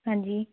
ਹਾਂਜੀ